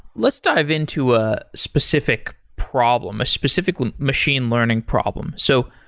let's dive in to a specific problem, a specific machine learning problem so,